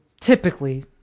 typically